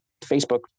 Facebook